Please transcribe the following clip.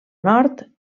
nord